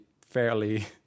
fairly